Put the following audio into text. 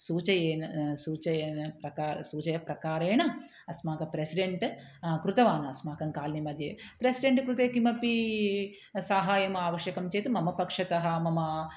सूचयेन सूचयेन प्रकार सूचयप्रकारेण अस्माकं प्रेसिडेण्ट् कृतवान् अस्माकं कालनिमध्ये प्रसिडेण्ट् कृते किमपि साहायम् आवश्यकं चेत् मम पक्षतः मम